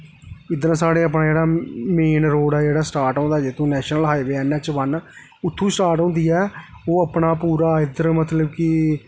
इद्धर साढ़ै अपना जेह्ड़ा मेन रोड़ ऐ जेह्ड़ा स्टार्ट होए दा जित्थूं नैशनल हाईवे ऐन ऐच बन उत्थूं स्टार्ट होंदी ऐ ओह् अपना पूरा इद्धर मतलब कि